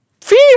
Fear